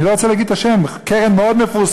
אני לא רוצה להגיד את השם, קרן מאוד מפורסמת.